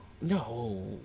No